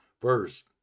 First